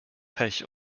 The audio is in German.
pech